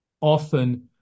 often